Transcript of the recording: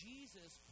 Jesus